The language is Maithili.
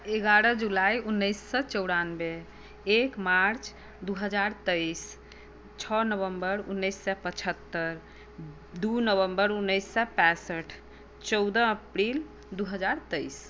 एगारह जुलाइ उन्नैस सए चौरानबे एक मार्च दू हजार तेइस छओ नवम्बर उन्नैस सए पचहत्तरि दू नवम्बर उन्नैस सए पैंसठ चौदह अप्रैल दू हजार तेइस